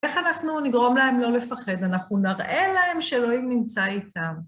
איך אנחנו נגרום להם לא לפחד? אנחנו נראה להם שאלוהים נמצא איתם.